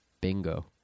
bingo